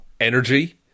energy